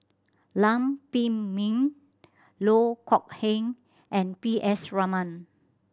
Lam Pin Min Loh Kok Heng and P S Raman